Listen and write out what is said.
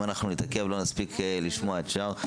אם אנחנו נתעכב, לא נספיק לשמוע את השאר.